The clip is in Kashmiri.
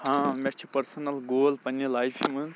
ہاں مےٚ چھِ پٔرسٕنَل گول پَننہِ لایفہِ منٛز